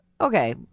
Okay